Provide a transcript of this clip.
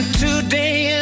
today